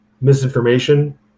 misinformation